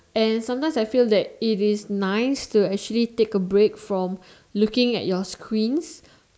and sometimes I feel that it is nice to actually take a break from looking at your screens